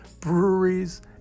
breweries